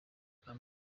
bambara